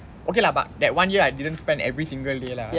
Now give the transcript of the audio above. okay lah but that one year I didn't spend every single day lah